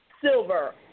Silver